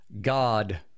God